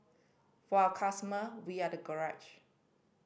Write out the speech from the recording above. for our customer we are the garage